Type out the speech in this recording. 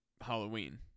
Halloween